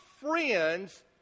friends